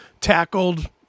tackled